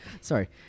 Sorry